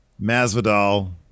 Masvidal